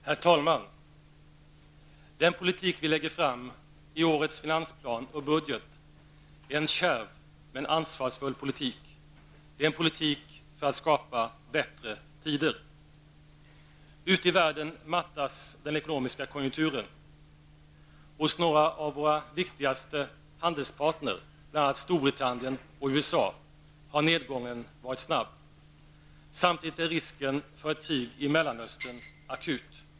Herr talman! Den politik vi lägger fram i årets finansplan och budget är en kärv men ansvarsfull politik. Det är en politik för att skapa bättre tider. Ute i världen mattas den ekonomiska konjunkturen av. Hos några av våra viktigaste handelspartner, bl.a. Storbritannien och USA, har nedgången varit snabb. Samtidigt är risken för ett krig i Mellanöstern akut.